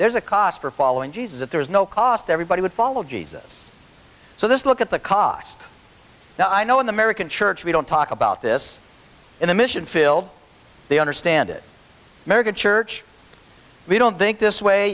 there's a cost for following jesus that there's no cost everybody would follow jesus so this look at the cost now i know in the american church we don't talk about this in the mission field they understand it mega church we don't think this way